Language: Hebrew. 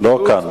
לא כאן,